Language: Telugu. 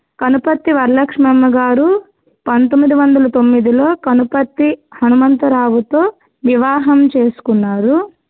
కనుపర్తి వరలక్ష్మమ్మ గారు పంతొమ్మిది వందల తొమ్మిదిలో కనుపర్తి హనుమంతరావుని వివాహం చేసుకున్నారు